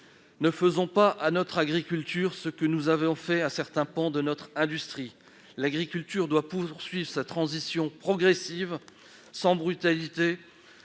Ne faisons pas à notre agriculture ce que nous avons fait à certains pans de notre industrie ! Très bien ! L'agriculture doit poursuivre sa transition progressive, sans brutalité,